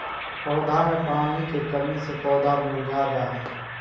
पौधा मे पानी के कमी से पौधा मुरझा जा हय